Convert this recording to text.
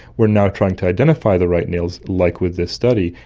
we are now trying to identify the right nails, like with this study,